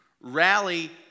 rally